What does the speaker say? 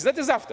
Znate zašto?